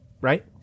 right